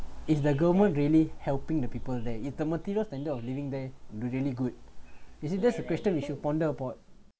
is the government really helping the people there is the material standard of living there really good is it that's a question we should ponder about